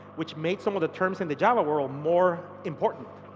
which makes some of the terms in the java world more important.